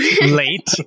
Late